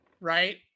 right